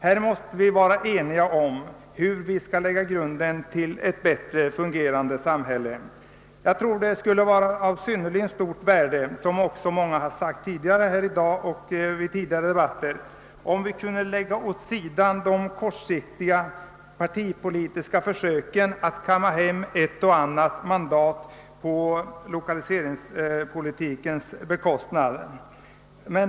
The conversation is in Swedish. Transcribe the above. Här måste vi vara eniga om hur vi skall lägga grunden till ett bättre fungerande samhälle. Jag tror att det skulle vara av synnerligen stort värde, vilket också många har sagt här i dag och även under tidigare debatter, om vi kunde lägga åt sidan de kortsiktiga partipolitiska försöken att kamma hem ett och annat mandat på lokaliseringspolitikens bekostnad.